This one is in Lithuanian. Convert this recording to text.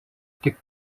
tik